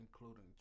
including